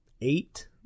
eight